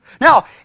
Now